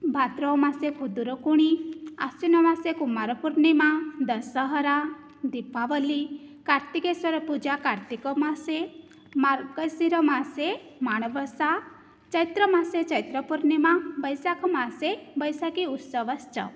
भाद्रपदमासे पुदुरकोणि आश्विनमासे कुमारपूर्णिमा दसहरा दिपावलिः कार्तिकेश्वरपूजा कार्तिकमासे मार्गशिरमासे माणवसा चैत्रमासे चैत्रपूर्णिमा वैशाखमासे वैशाखी उत्सवश्च